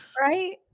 Right